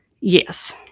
Yes